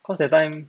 cause that time